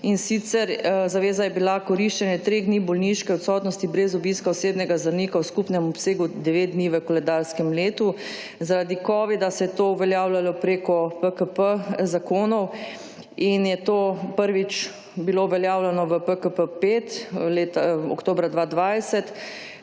in sicer, zaveza je bila koriščenje treh dni bolniške odsotnosti brez obiska osebnega zdravnika v skupnem obsegu devet dni v koledarskem letu. Zaradi covida se je to uveljavljalo preko PKP zakonov in je to prvič bilo uveljavljeno v PKP5 oktobra 2020,